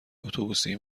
اتوبوسی